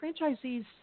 franchisees